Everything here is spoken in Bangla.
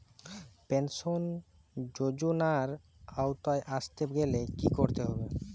পেনশন যজোনার আওতায় আসতে গেলে কি করতে হবে?